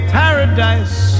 paradise